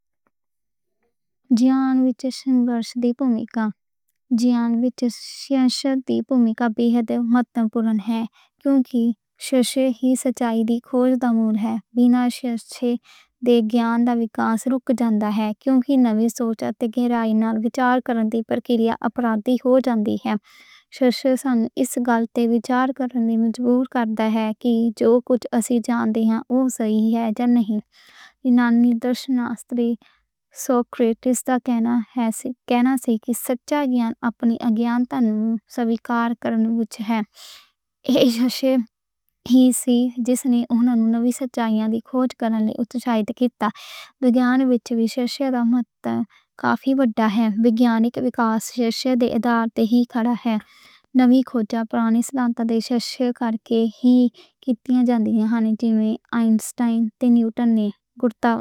جیون وِچ سندہے دی بھومِکا، جیون وِچ سندہے دی بھومِکا بہت مہتوپورن ہے۔ کیوں کہ سندہے ہی سچائی دی کھوج دا کیندر ہے۔ بِنا سندہے دے گیان دا وِکاس رُک جاندا ہے۔ کیوں کہ نویں سوچ تے گہرائی نال وِچار کرنے والے دے لئی اپرادھی ہو جاندا ہے۔ سندہے سانو اس گل تے وِچار کرنے مجبور کردا ہے۔ کہ جے کُجھ اسی جاننے ہاں اوہ صحیح ہے جا نہیں، یونانی درشن شاستری سوکریٹس دا کہنا ہے۔ کہ سچا گیان اپنی اگّیانتا نوں سویکار کرنے وِچ ہے۔ ایہ سندہے ہی سی جس نے انہاں نویں سچائیاں دی کھوج کرنے اُتساہِت کیتا۔ وگیانک وِکاس سندہے دے آدھارتے ہی کھڑا ہے نویں کھوجاں پرانی سدھانتاں دے۔ سندہے دے کرکے ہی کِتیاں جان دیاں ہن۔ ہُن جیویں آئن سٹائن تے نیوٹن نے گروتواکرشن بارے کھوجاں کیتیاں نے۔